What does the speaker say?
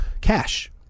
cash